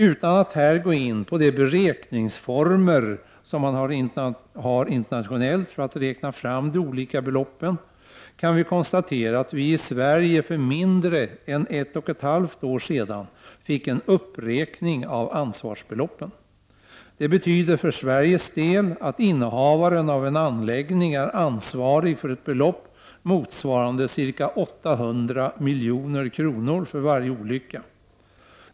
Utan att här gå in på de beräkningsformer som man har internationellt för att räkna fram de olika beloppen, kan jag konstatera att det i Sverige för mindre än ett och ett halvt år sedan skedde en uppräkning av ansvarsbeloppen. Det betyder för Sveriges del att innehavaren av en anläggning är ansvarig för ett belopp motsvarande ca 800 milj.kr. för varje olycka.